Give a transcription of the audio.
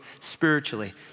spiritually